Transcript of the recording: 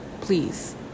please